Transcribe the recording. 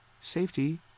safety